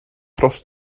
dros